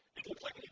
it looks like